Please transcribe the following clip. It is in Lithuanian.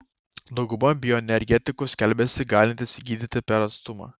dauguma bioenergetikų skelbiasi galintys gydyti per atstumą